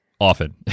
often